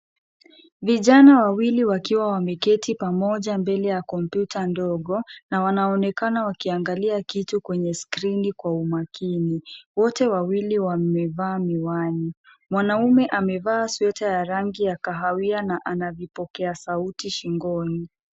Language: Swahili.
Vijana wawili wakiwa wameketi pamoja mbele ya kompyuta ndogo, na wanaonekana wakiangalia kitu kwenye skrini kwa umakini. Wote wawili wamevaa miwani. Mwanaume amevaa sweta ya rangi ya kahawia na ana vipokea sauti shingoni.